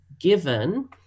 given